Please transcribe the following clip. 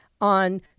on